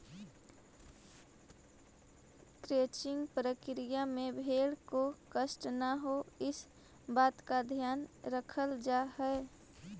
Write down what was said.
crutching प्रक्रिया में भेंड़ को कष्ट न हो, इस बात का ध्यान रखल जा हई